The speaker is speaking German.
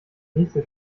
nächste